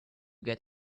get